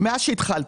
מאז התחלתי.